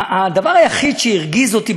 הדבר היחיד שהרגיז אותי,